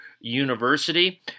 University